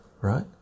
right